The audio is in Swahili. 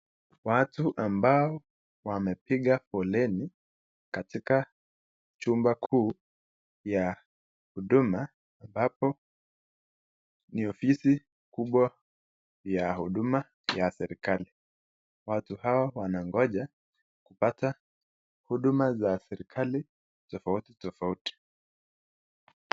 Watu ambao wamepiga foleni katika chumba kuu ya huduma ambapo ni ofisi kubwa ya huduma ya serikali. Watu hawa wanangoja kupata huduma za serikali tofauti tofauti.